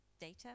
data